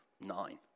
nine